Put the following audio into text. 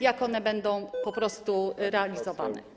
Jak one będą po prostu realizowane?